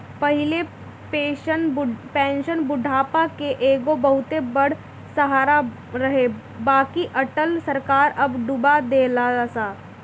पहिले पेंशन बुढ़ापा के एगो बहुते बड़ सहारा रहे बाकि अटल सरकार सब डूबा देहलस